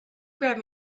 grab